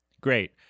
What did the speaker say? great